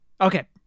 okay